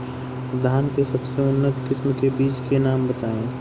धान के सबसे उन्नत किस्म के बिज के नाम बताई?